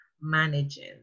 managing